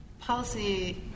policy